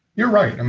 you're right.